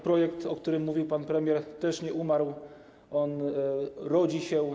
Projekt, o którym mówił pan premier, też nie umarł, on rodzi się.